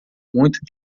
muito